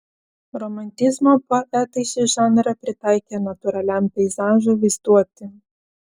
romantizmo poetai šį žanrą pritaikė natūraliam peizažui vaizduoti